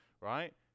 Right